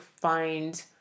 find